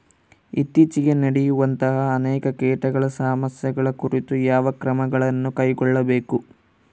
ಇತ್ತೇಚಿಗೆ ನಡೆಯುವಂತಹ ಅನೇಕ ಕೇಟಗಳ ಸಮಸ್ಯೆಗಳ ಕುರಿತು ಯಾವ ಕ್ರಮಗಳನ್ನು ಕೈಗೊಳ್ಳಬೇಕು?